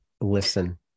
listen